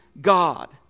God